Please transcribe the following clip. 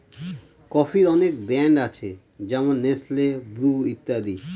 কফির অনেক ব্র্যান্ড আছে যেমন নেসলে, ব্রু ইত্যাদি